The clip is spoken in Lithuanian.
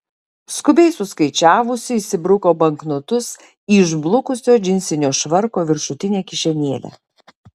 skubiai suskaičiavusi įsibruko banknotus į išblukusio džinsinio švarko viršutinę kišenėlę